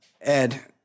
Ed